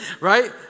Right